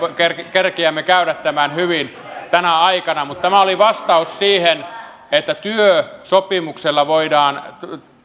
kerkeämme käydä tämän hyvin tänä aikana mutta tämä oli vastaus siihen että työsopimuksella voidaan